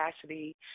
capacity